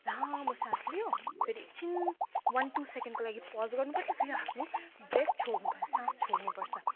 लामो सास लियो फेरि एकछिन वान टू सेकेन्डको लागि पस गर्नुपर्छ फेरि आफू ब्रेथ छोड्नुपर्छ सास छोड्नुपर्छ